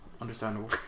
Understandable